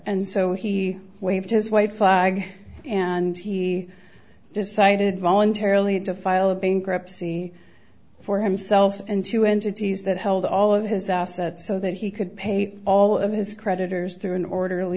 and so he waved his white flag and he decided voluntarily and to file a bankruptcy for himself and two entities that held all of his assets so that he could pay all of his creditors through an orderly